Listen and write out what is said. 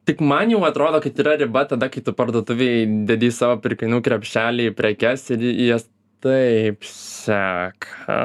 tik man jau atrodo kad yra riba tada kai tu parduotuvėj dedi į savo pirkinių krepšelį prekes ir jas taip seka